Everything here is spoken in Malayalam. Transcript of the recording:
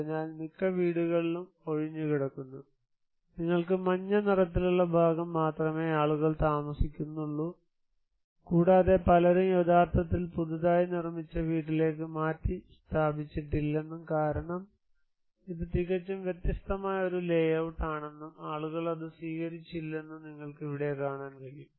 അതിനാൽ മിക്ക വീടുകളും ഒഴിഞ്ഞുകിടക്കുന്നു നിങ്ങൾക്ക് മഞ്ഞ നിറത്തിലുള്ള ഭാഗം മാത്രമേ ആളുകൾ താമസിക്കുന്നുള്ളൂ കൂടാതെ പലരും യഥാർത്ഥത്തിൽ പുതുതായി നിർമ്മിച്ച വീട്ടിലേക്ക് മാറ്റിസ്ഥാപിച്ചിട്ടില്ലെന്നും കാരണം ഇത് തികച്ചും വ്യത്യസ്തമായ ഒരു ലേയൌട്ടാണെന്നും ആളുകൾ അത് സ്വീകരിച്ചില്ലെന്നും നിങ്ങൾക്ക് ഇവിടെ കാണാൻ കഴിയും